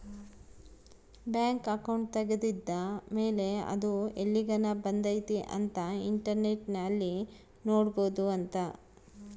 bank account ತೆಗೆದ್ದ ಮೇಲೆ ಅದು ಎಲ್ಲಿಗನ ಬಂದೈತಿ ಅಂತ ಇಂಟರ್ನೆಟ್ ಅಲ್ಲಿ ನೋಡ್ಬೊದು ಅಂತ